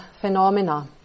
phenomena